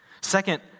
Second